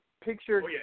picture